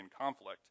conflict